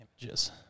images